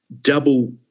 double